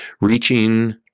reaching